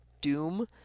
Doom